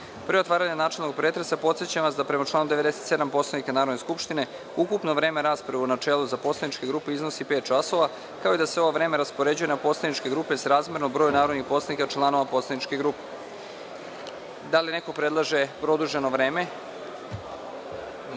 otvaranja načelnog pretresa, podsećam vas da prema članu 97. Poslovnika Narodne skupštine, ukupno vreme rasprave u načelu za poslaničke grupe iznosi pet časova, kao i da se ovo vreme raspoređuje na poslaničke grupe srazmerno broju narodnih poslanika članova poslaničke grupe. Da li neko predlaže produženo vreme?